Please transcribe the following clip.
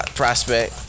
prospect